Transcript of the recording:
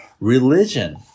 Religion